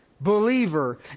Believer